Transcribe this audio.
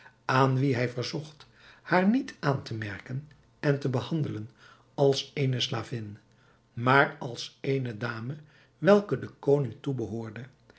aan wie hij verzocht haar niet aan te merken en te behandelen als eene slavin maar als eene dame welke den koning toebehoorde